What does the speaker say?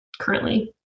currently